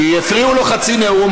כי הפריעו לו חצי נאום,